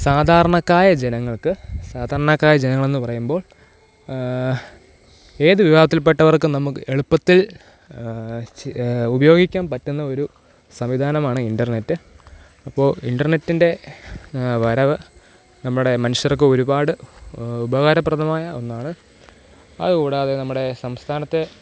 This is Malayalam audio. സാധാരണക്കാരായ ജനങ്ങൾക്ക് സാധാരണക്കാരായ ജനങ്ങളെന്നു പറയുമ്പോൾ ഏതു വിഭാഗത്തിൽപ്പെട്ടവർക്കും നമുക്ക് എളുപ്പത്തിൽ ചെ ഉപയോഗിക്കാൻ പറ്റുന്ന ഒരു സംവിധാനമാണ് ഇൻ്റർനെറ്റ് അപ്പോൾ ഇൻ്റർനെറ്റിൻ്റെ വരവ് നമ്മുടെ മനുഷ്യർക്ക് ഒരുപാട് ഉപകാരപ്രദമായ ഒന്നാണ് അതുകൂടാതെ നമ്മുടെ സംസ്ഥാനത്തെ